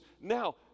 now